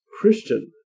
Christian